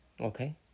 Okay